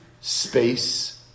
space